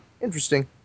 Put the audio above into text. interesting